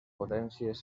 potències